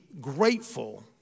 grateful